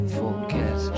forget